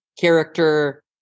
character